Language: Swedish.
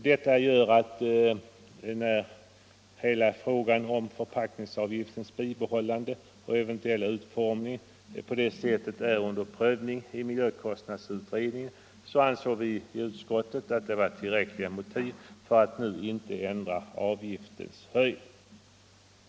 Det förhållandet att frågan om förpackningsavgiftens bibehållande och utformning är under prövning i miljökostnadsutredningen utgör enligt utskottets mening ett tillräckligt motiv för att inte nu ändra avgiftens storlek.